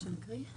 שנקריא?